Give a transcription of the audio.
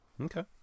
Okay